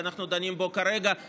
שאנחנו דנים בו כרגע,